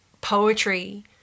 poetry